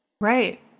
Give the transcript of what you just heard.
right